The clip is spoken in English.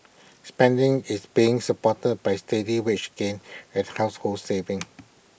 spending is being supported by steady wage gains and household savings